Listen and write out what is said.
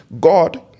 God